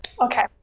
Okay